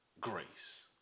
Grace